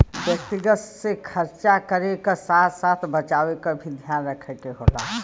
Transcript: व्यक्तिगत में खरचा करे क साथ साथ बचावे क भी ध्यान रखे क होला